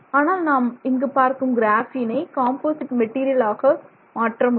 ஆனால் நாம் இங்கு பார்க்கும் கிராஃபீனை காம்போசிட் மெட்டீரியல் ஆக மாற்ற முடியும்